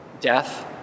death